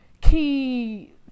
key